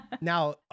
Now